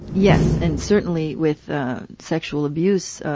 yes, and certainly with sexual abuse,